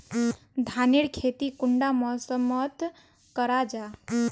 धानेर खेती कुंडा मौसम मोत करा जा?